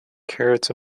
carrots